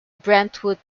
brentwood